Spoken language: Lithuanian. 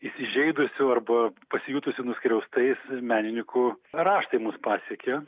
įsižeidusių arba pasijutusių nuskriaustais menininkų raštai mus pasiekė